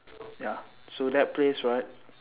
ya so that place right